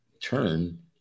turn